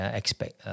expect